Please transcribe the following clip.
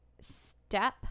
step